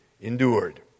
endured